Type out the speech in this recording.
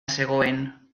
zegoen